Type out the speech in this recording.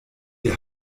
die